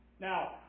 Now